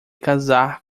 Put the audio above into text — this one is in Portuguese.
casar